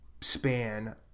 span